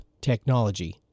technology